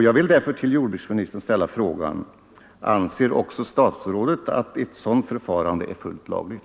Jag vill därför till jordbruksministern ställa frågan: Anser också statsrådet att ett sådant förfarande är fullt lagligt?